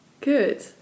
good